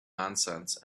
nonsense